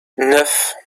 neuf